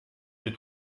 des